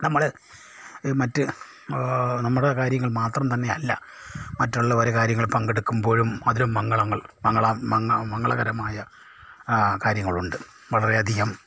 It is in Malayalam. നമ്മള് മറ്റ് നമ്മടെ കാര്യങ്ങൾ മാത്രം തന്നെ അല്ല മറ്റുള്ളവരെ കാര്യങ്ങളിൽ പങ്കെടുക്കുമ്പോഴും അതിലും മംഗളങ്ങൾ മംഗളകരമായ കാര്യങ്ങളുണ്ട് വളരെ അധികം